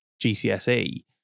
gcse